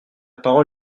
parole